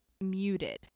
muted